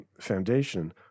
foundation